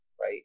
right